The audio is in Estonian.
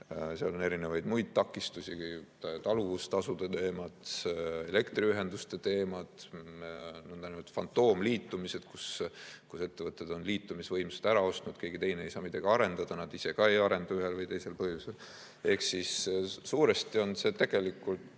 Seal on muid takistusi, talumistasude teemad, elektriühenduste teemad, niinimetatud fantoomliitumised, kus ettevõtted on liitumisvõimsused ära ostnud, keegi teine ei saa midagi arendada ja nad ise ka ei arenda ühel või teisel põhjusel. Ehk siis suuresti on see tegelikult